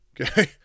Okay